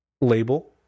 label